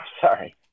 sorry